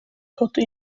koty